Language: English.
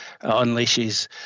unleashes